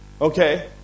Okay